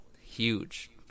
huge